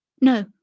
No